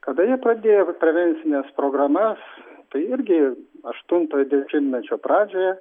kada jie pradėjo prevencines programas tai irgi aštunto dešimtmečio pradžioje